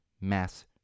mass